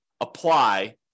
apply